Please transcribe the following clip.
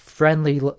friendly